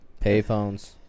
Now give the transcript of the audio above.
Payphones